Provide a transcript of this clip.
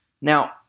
Now